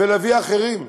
ולהביא אחרים.